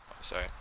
sorry